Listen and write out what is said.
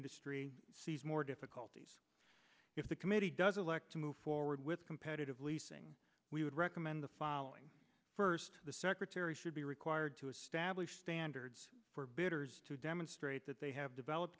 industry sees more difficulties if the committee doesn't look to move forward with competitive leasing we would recommend the following first the secretary should be required to establish standards for bidders to demonstrate that they have developed